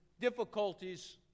difficulties